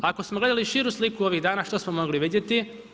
Ako smo gledali širu sliku ovih dana, što smo mogli vidjeti?